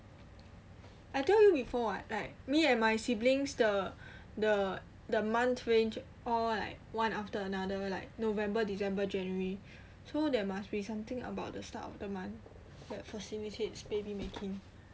I told you before what me and my siblings the the the month range all like one after another like november december january so there must be something about the start of the month that facilitates baby making